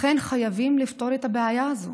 לכן, חייבים לפתור את הבעיה הזאת.